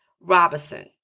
Robinson